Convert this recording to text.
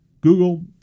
Google